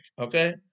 Okay